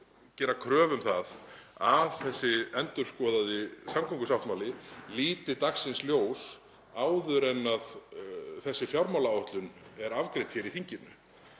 gera kröfu um það að þessi endurskoðaði samgöngusáttmáli líti dagsins ljós áður en þessi fjármálaáætlun er afgreidd hér í þinginu.